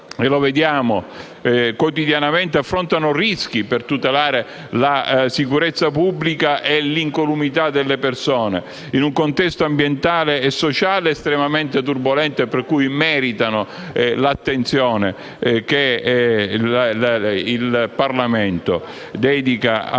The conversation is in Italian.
come vediamo quotidianamente, affrontano rischi per tutelare la sicurezza pubblica e l'incolumità delle persone in un contesto ambientale e sociale estremamente turbolento, per cui meritano l'attenzione che il Parlamento dedica alla